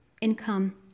income